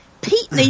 Pete